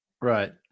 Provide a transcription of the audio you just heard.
Right